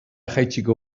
jaitsiko